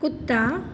कुत्ता